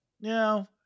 No